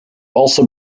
also